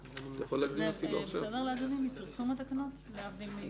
זה בסדר לאדוני מפרסום התקנות להבדיל מאישור התקנות?